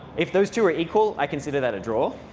if those two are equal, i consider that a draw.